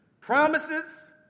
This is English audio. Promises